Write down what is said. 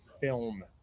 film